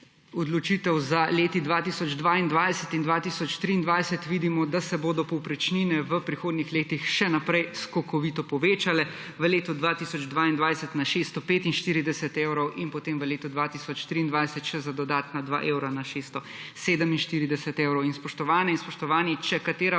za leti 2022 in 2023, vidimo, da se bodo povprečnine v prihodnjih letih še naprej skokovito povečale; v letu 2022 na 645 evrov in potem v letu 2023 še za dodatna 2 evra na 647 evrov. Spoštovane in spoštovani, če katera